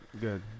Good